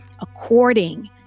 according